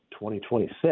2026